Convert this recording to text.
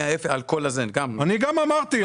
אמרתי.